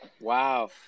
wow